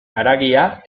haragia